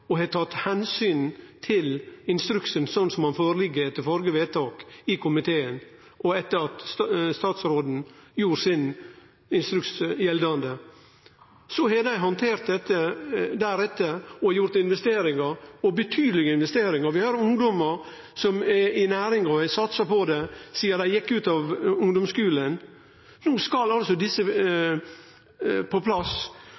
og har tatt omsyn til instruksen slik han ligg føre etter førre vedtak i komiteen, og etter at statsråden gjorde instruksen sin gjeldande. Så har dei handtert dette deretter og gjort investeringar, betydelege investeringar, vi har ungdomar som er i næringa og har satsa på det sidan dei gjekk ut av ungdomsskulen – no skal altså desse på plass.